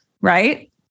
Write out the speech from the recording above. right